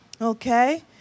Okay